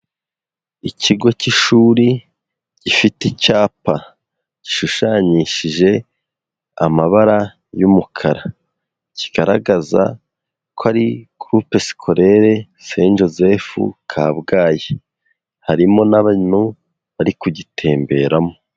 Ikigo cy'ishuri gifite icyapa gishushanyishije amabara y'umukara, kigaragaza ko ari groupe scolaire saint Joseph Kabgayi. harimo n'abantu bari kugitemberamo.